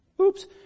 Oops